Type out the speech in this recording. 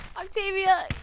Octavia